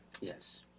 yes